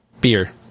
Beer